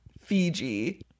Fiji